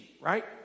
right